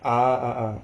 ah